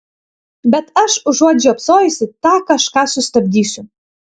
bet aš užuot žiopsojusi tą kažką sustabdysiu